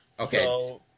Okay